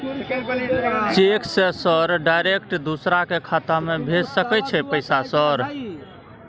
Cheque से sir direct दूसरा के खाता में भेज सके छै पैसा सर?